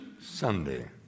Sunday